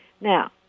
Now